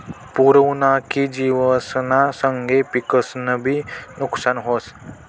पूर उना की जिवसना संगे पिकंसनंबी नुकसान व्हस